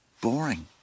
boring